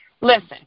Listen